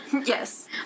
yes